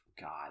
god